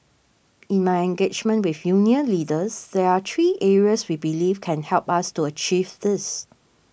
in my engagement with union leaders there are three areas we believe can help us to achieve this